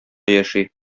яши